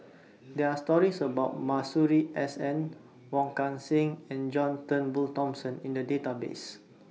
There Are stories about Masuri S N Wong Kan Seng and John Turnbull Thomson in The Database